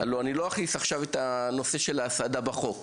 הלא אני לא אכניס עכשיו את הנושא של ההסעדה בחוק,